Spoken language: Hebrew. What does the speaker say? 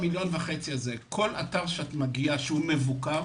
שאת מגיעה והוא מבוקר,